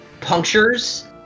punctures